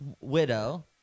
widow